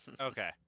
Okay